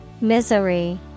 Misery